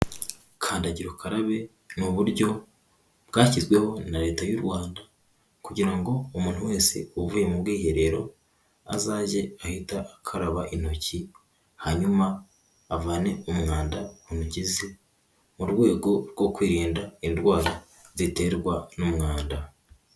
Kandagira ukarabe ni uburyo bwashyizweho na Leta y'u Rwanda, kugira ngo umuntu wese uvuye mu bwiherero, azajye ahita akaba intoki, hanyuma avane umwanda ku ntok ze, mu rwego rwo kwirinda indwara ziterwa n'umwanda.